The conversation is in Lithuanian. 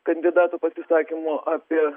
kandidatų pasisakymų apie